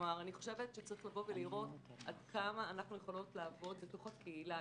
אני חושבת שצריך לבוא ולראות עד כמה אנחנו יכולות לעבוד בתוך הקהילה.